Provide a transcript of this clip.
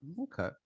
okay